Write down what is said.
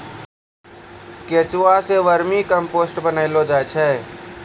केंचुआ सें vermicompost बनैलो जाय छै